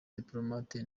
diplomate